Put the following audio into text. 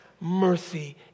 Mercy